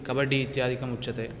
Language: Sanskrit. कबड्डी इत्यादिकम् उच्यते